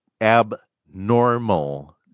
abnormal